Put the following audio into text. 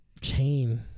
chain